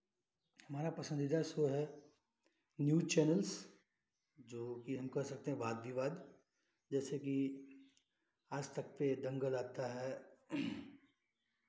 हमारा पसन्दीदा शो है न्यूज़ चैनल्स जो कि हम कह सकते हैं वाद विवाद जैसेकि आजतक पे दंगल आता है